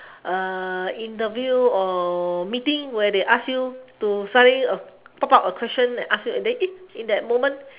uh interview or meeting where they ask you to suddenly uh top up a question and ask you and eh in that moment